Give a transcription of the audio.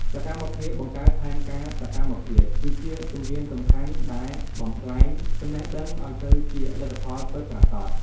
សកម្មភាពបង្កើតផែនការសកម្មភាព គឺជាជំហានសំខាន់ដែលបំប្លែងចំណេះដឹងឱ្យទៅជាលទ្ធផលពិតប្រាកដ។